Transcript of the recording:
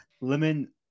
Lemon